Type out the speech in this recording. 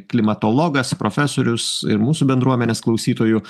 klimatologas profesorius ir mūsų bendruomenės klausytojų